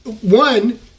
one